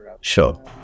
Sure